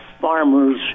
farmers